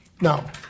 Now